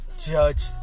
Judge